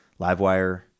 LiveWire